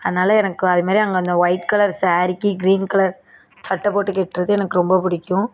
அதனால் எனக்கு அதுமாதிரி அங்கே இந்த ஒயிட் கலர் ஸாரிக்கு க்ரீன் கலர் சட்டை போட்டுக் கட்றது எனக்க ரொம்ப பிடிக்கும்